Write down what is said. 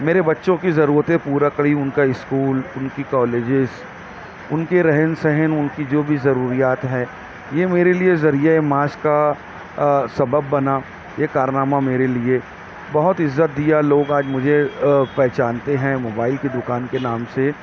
میرے بچوں کی ضرورتیں پورا کری ان کا اسکول ان کے کالجز ان کے رہن سہن ان کی جو بھی ضروریات ہے یہ میرے لیے ذریعہ معاش کا سبب بنا یہ کارنامہ میرے لیے بہت عزت دیا لوگ آج مجھے پہچانتے ہیں موبائل کی دوکان کے نام سے